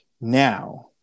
Now